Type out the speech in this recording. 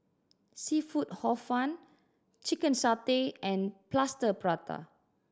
seafood Hor Fun chicken satay and Plaster Prata